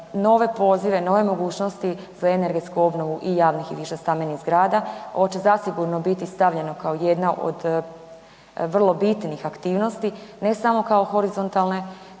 nove pozive, nove mogućnosti za energetsku obnovu i javnih i višestambenih zgrada. Ovo će zasigurno biti stavljeno kao jedna od vrlo bitnih aktivnosti, ne samo kao horizontalne